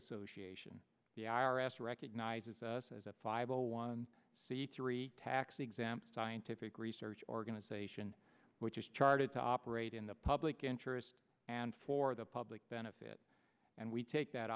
association the i r s recognizes us as a five zero one c three tax exempt scientific research organization which is charted to operate in the public interest and for the public benefit and we take that